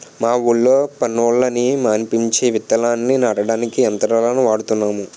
మా ఊళ్ళో పనోళ్ళని మానిపించి విత్తనాల్ని నాటడానికి యంత్రాలను వాడుతున్నాము